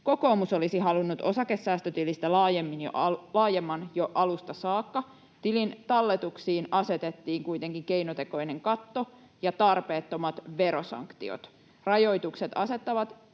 Kokoomus olisi halunnut osakesäästötilistä laajemman jo alusta saakka. Tilin talletuksiin asetettiin kuitenkin keinotekoinen katto ja tarpeettomat verosanktiot. Rajoitukset asettavat